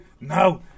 no